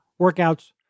workouts